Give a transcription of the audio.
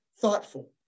thoughtful